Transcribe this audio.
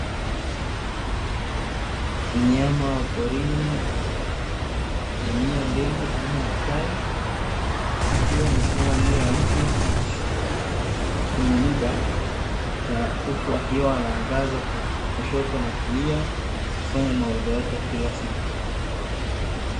Mnyama wa porini jamii ya ndege aina tai, akiwa amesimama juu ya mti wenye miba, huku akiwa anaangaza kushoto na kulia, kufanya mawindo yake ya kila siku.